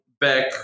back